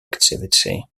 activity